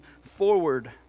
forward